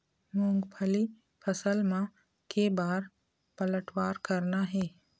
मूंगफली फसल म के बार पलटवार करना हे?